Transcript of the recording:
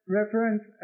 reference